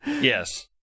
Yes